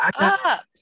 up